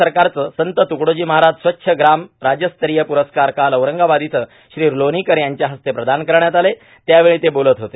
राज्य सरकारचे संत तुकडोजी महाराज स्वच्छ ग्राम राज्यस्तरीय पुरस्कार काल औरंगाबाद इथं श्री लोणीकर यांच्या हस्ते प्रदान करण्यात आले त्यावेळी ते बोलत होते